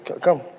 come